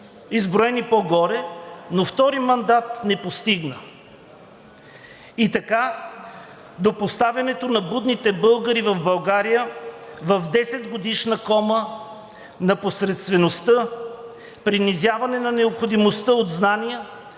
изброени по-горе, но втори мандат не постигна. И така до поставянето на будните българи в България в 10-годишна кома на посредствеността, принизяване на необходимостта от знания,